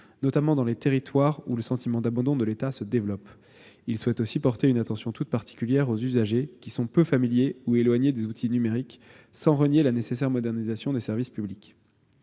notamment dans les territoires où le sentiment d'abandon de l'État se développe. Il souhaite aussi porter une attention toute particulière aux usagers qui sont peu familiers ou éloignés des outils numériques, sans renier la nécessaire modernisation des services publics.